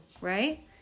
right